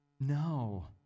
No